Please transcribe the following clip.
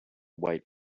white